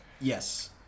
Yes